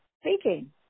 speaking